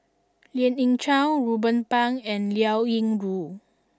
Lien Ying Chow Ruben Pang and Liao Yingru